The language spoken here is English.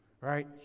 right